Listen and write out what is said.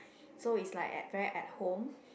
so it's like at very at home